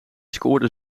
scoorde